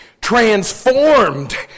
transformed